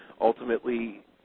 ultimately